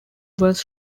was